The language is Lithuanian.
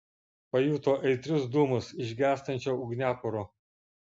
pajuto aitrius dūmus iš gęstančio ugniakuro